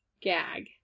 gag